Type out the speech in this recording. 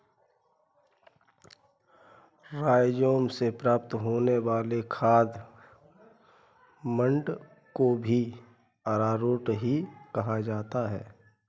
rhizome से प्राप्त होने वाले खाद्य मंड को भी अरारोट ही कहा जाता है